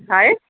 छा आहे